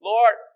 Lord